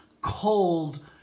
cold